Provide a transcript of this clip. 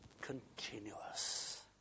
continuous